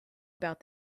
about